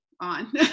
on